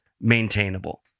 maintainable